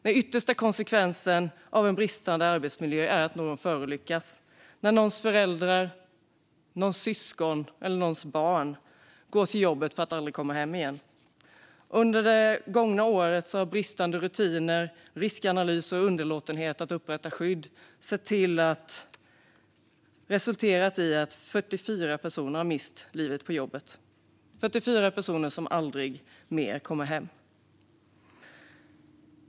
Den yttersta konsekvensen av en dålig arbetsmiljö är när någon förolyckas, när någons förälder, syskon eller barn går till jobbet för att aldrig komma hem igen. Under detta år har bristande rutiner, riskanalyser och underlåtenhet att upprätta skydd resulterat i att 44 personer har mist livet på jobbet. Det är 44 personer som aldrig mer kommer hem.